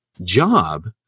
job